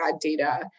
data